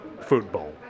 football